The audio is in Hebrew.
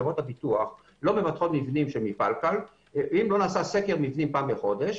חברות הביטוח לא מבטחות מבנים מפלקל אם לא נעשה סקר מבנים פעם בחודש,